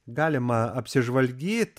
galima apsižvalgyt